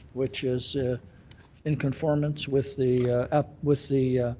which is in conformance with the ah with the